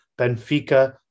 Benfica